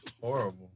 Horrible